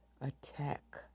attack